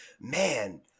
man